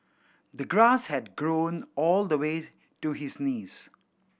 the grass had grown all the way to his knees